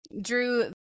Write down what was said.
drew